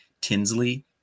Tinsley